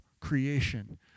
creation